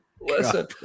Listen